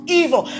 evil